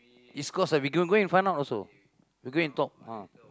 is cause I we can go in front now also we go and talk ah